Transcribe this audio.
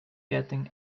getting